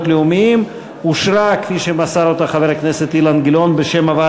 לאומיים (תיקוני חקיקה להשגת יעדי התקציב לשנים 2013 ו-2014),